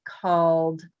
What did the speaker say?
called